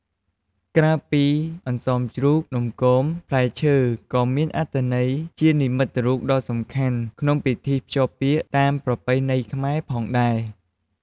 ក្រៅពីនំអន្សមជ្រូក នំគម ផ្លែឈើក៏មានអត្ថន័យជានិមិត្តរូបដ៏សំខាន់ក្នុងពិធីភ្ជាប់ពាក្យតាមប្រពៃណីខ្មែរផងដែរ។